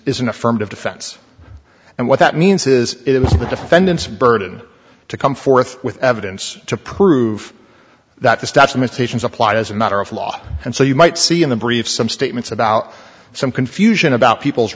is an affirmative defense and what that means is the defendants burden to come forth with evidence to prove that the stats imitations applied as a matter of law and so you might see in the brief some statements about some confusion about people's